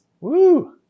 Woo